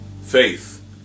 faith